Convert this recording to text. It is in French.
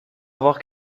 avoir